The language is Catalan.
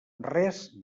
res